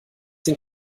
den